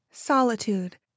solitude